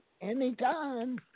anytime